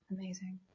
Amazing